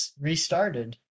restarted